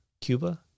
Cuba